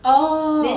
oh